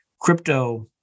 crypto